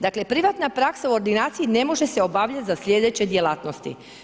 Dakle, privatna praksa u ordinaciji ne može se obavljati za sljedeće djelatnosti.